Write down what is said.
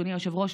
אדוני היושב-ראש,